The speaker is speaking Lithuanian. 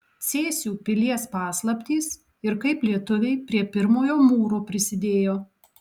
cėsių pilies paslaptys ir kaip lietuviai prie pirmojo mūro prisidėjo